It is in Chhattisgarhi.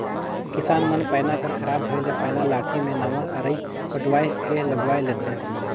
किसान मन पैना कर खराब होए ले पैना लाठी मे नावा अरई कटवाए के लगवाए लेथे